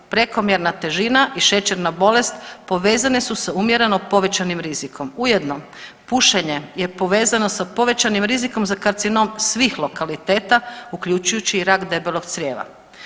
Prekomjerna težina i šećerna bolest povezene su s umjereno povećanim rizikom ujedno pušenje je povezano sa povećanim rizikom za karcinom svih lokaliteta uključujući i rak debelog crijeva.